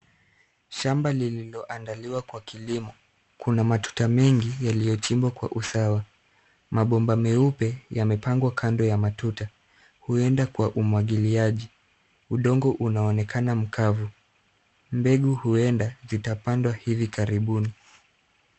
Shamba lililoandaliwa kwa kilimo. Kuna matuta mengi yaliyochimbwa kwa usawa. Mabomba meupe yamepangwa kando ya matatu, huenda kwa umwagiliaji. Udongo unaonekana mkavu. Mbegu huenda zitapandwa hivi karibuni.